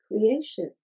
creation